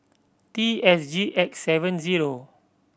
T S G X seven zero